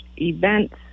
events